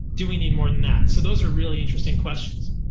do we need more than that? so those are really interesting questions.